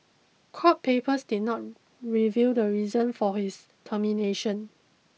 court papers did not reveal the reason for his termination